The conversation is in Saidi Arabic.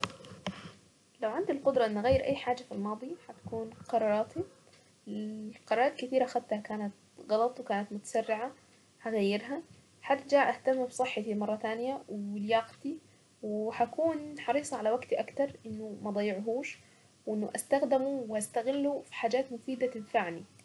لو عندي القدرة اني اغير اي حاجة في الماضي، هتكون قراراتي، قرارات كثيرة اخذتها كانت غلط وكانت متسرعة هغيرها، هرجع اهتم بصحتي مرة ثانية، ولياقتي، وهكون حريصة على وقتي اكثر انه ما اضيعهوش، وانه استخدمه واستغله في حاجات مفيدة تنفعني.